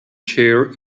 chair